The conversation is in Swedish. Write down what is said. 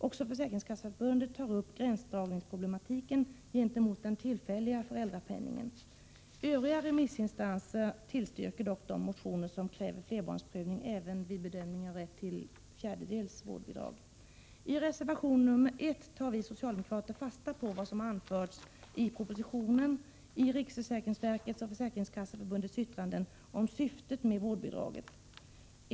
Också Försäkringskasseförbundet tar upp gränsdragningsproblematiken gentemot den tillfälliga föräldrapenningen. Övriga remissinstanser tillstyrker dock de motioner i vilka krävs flerbarnsprövning även vid bedömning av rätt till fjärdedels vårdbidrag. I reservation 1 tar vi socialdemokrater fasta på vad som anförs i propositionen och i riksförsäkringsverkets och Försäkringskasseförbundets yttranden om syftet med vårdbidraget.